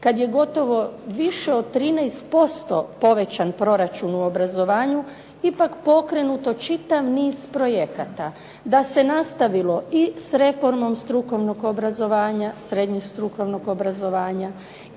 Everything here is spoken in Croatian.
kada je gotovo više od 13% povećan proračun u obrazovanju, ipak pokrenuto čitav niz projekata, da se nastavilo i sa reformom strukovnog obrazovanja, srednje strukovnog obrazovanja,